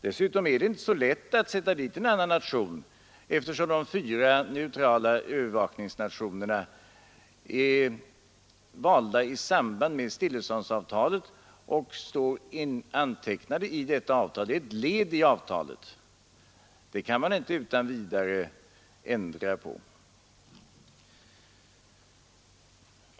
Dessutom är det inte så lätt att utse en annan nation, eftersom de fyra neutrala övervakningsnationerna är utsedda i samband med stilleståndsavtalet och alltså står antecknade i detta avtal. Det är ett led i avtalet som man inte utan vidare kan ändra på.